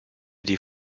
die